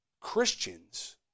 Christians